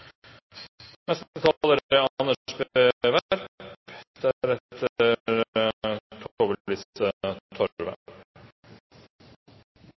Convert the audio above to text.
Neste taler er